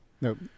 Nope